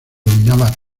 dominaba